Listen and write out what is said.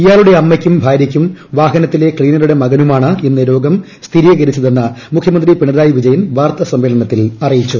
ഇയാളുടെ അമ്മയ്ക്കും ഭാര്യയ്ക്കും വാഹനത്തിലെ ക്ലീനറുടെ മകനുമാണ് ഇന്ന് രോഗം സ്ഥിരീകരിച്ചതെന്ന് മുഖ്യമന്ത്രി പിണറായി വിജയൻ വാർത്താ സമ്മേളനത്തിൽ അറിയിച്ചു